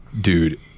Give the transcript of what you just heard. Dude